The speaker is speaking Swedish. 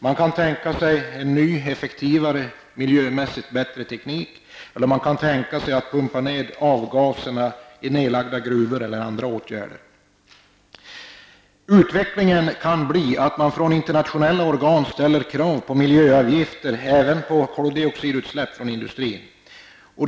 Man kan tänka sig ny, effektivare och miljömässigt bättre teknik, man kan tänka sig att pumpa ned avgaserna i nedlagda gruvor eller att vidta andra åtgärder. Utvecklingen kan bli att man från internationella organ ställer krav på miljöavgifter även på koldioxidutsläpp från industrin.